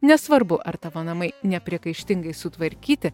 nesvarbu ar tavo namai nepriekaištingai sutvarkyti